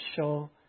show